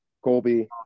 Colby